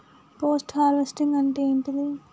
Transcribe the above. Post harvesting అంటే ఏంటిది?